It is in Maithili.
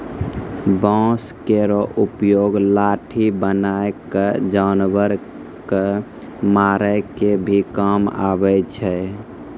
बांस केरो उपयोग लाठी बनाय क जानवर कॅ मारै के भी काम आवै छै